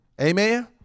Amen